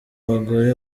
bagore